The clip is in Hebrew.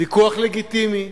ויכוח לגיטימי.